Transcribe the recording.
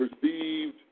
perceived